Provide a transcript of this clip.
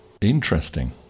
Interesting